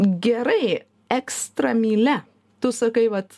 gerai ekstra mylia tu sakai vat